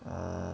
orh